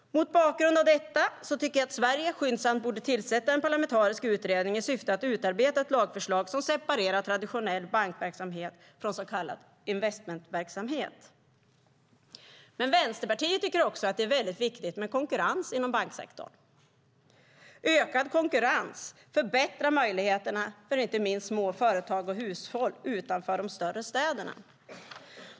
Mot bakgrund av detta tycker jag att Sverige skyndsamt borde tillsätta en parlamentarisk utredning i syfte att utarbeta ett lagförslag som separerar traditionell bankverksamhet från så kallad investmentverksamhet. Vänsterpartiet tycker också att det är väldigt viktigt med konkurrens inom banksektorn. Ökad konkurrens förbättrar möjligheterna för inte minst små företag och hushåll utanför de större städerna.